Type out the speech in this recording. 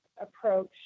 approach